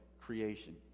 creation